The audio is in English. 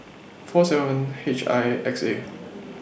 four seven H I X A